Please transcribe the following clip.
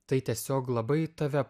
tai tiesiog labai tave